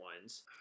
ones